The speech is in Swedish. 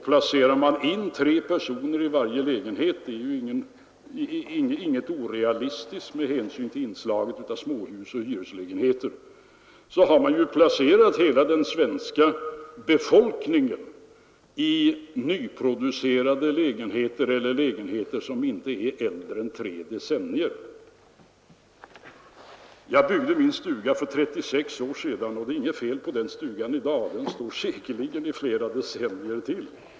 Placerar man in tre personer i varje lägenhet — det är inte orealistiskt med hänsyn till inslaget av småhus och större hyreslägenheter — har man placerat hela den svenska befolkningen i nyproducerade lägenheter eller lägenheter som inte är äldre än tre decennier. Jag byggde min stuga för 36 år sedan, och det är inget fel på den i dag; den står säkerligen i flera decennier till.